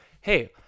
Hey